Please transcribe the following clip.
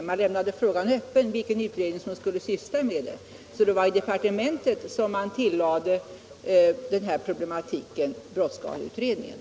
Riksdagen lämnade frågan öppen, vilken utredning som skulle syssla med det, så det var i departementet som man tillade brottsskadeutredningen den här problematiken.